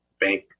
bank